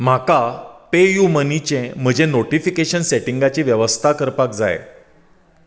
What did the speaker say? म्हाका पेयूमनीचें म्हजें नोटीफिकेशन सेटिंगाची वेवस्था करपाक जाय